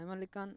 ᱟᱭᱢᱟ ᱞᱮᱠᱟᱱ